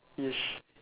yes